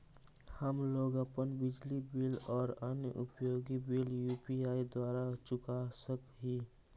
हम लोग अपन बिजली बिल और अन्य उपयोगि बिल यू.पी.आई द्वारा चुका सक ही